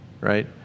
right